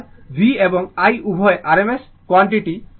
আর V এবং I উভয়ই rms quantity